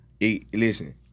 Listen